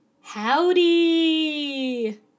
Howdy